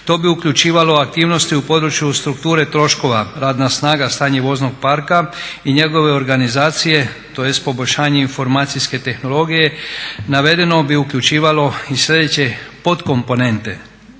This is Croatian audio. To bi uključivalo aktivnosti u području strukture troškova radna snaga, stanje voznog parka i njegove organizacije tj. poboljšanje informacijske tehnologije. Navedeno bi uključivalo i sljedeće podkomponente